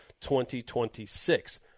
2026